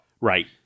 Right